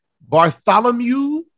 Bartholomew